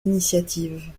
initiative